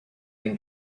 been